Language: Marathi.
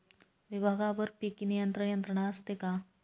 विभागवार पीक नियंत्रण यंत्रणा असते का?